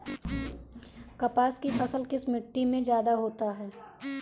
कपास की फसल किस मिट्टी में ज्यादा होता है?